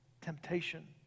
temptation